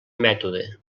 mètode